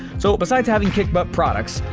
so besides having kick butt products,